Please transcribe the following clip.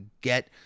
get